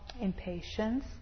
impatience